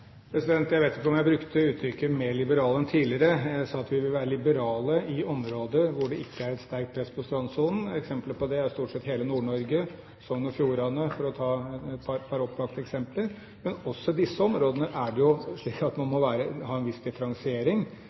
Jeg vet ikke om jeg brukte uttrykket «mer liberal enn tidligere». Jeg sa at vi ville være liberale i områder hvor det ikke er et sterkt press på strandsonen. Eksempler på det er stort sett hele Nord-Norge og Sogn og Fjordane – for å ta et par opplagte eksempler. Men også i disse områdene er det slik at man må ha en viss differensiering.